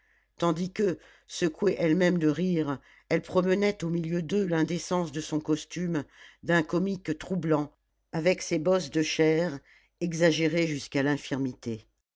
tandis que secouée elle-même de rires elle promenait au milieu d'eux l'indécence de son costume d'un comique troublant avec ses bosses de chair exagérées jusqu'à l'infirmité